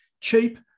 cheap